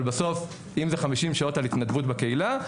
אבל בסוף אם זה 50 שעות התנדבות בקהילה,